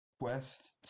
Quest